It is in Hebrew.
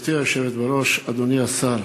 גברתי היושבת בראש, אדוני השר,